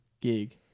gig